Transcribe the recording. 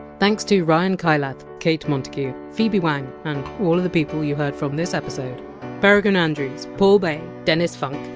thanks to ryan kailath, kate montague, phoebe wang, and all the people you heard from this episode peregrine andrews, paul bae, dennis funk,